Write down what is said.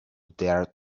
dared